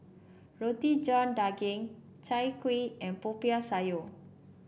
Roti John Daging Chai Kuih and Popiah Sayur